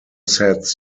sets